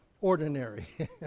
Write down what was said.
ordinary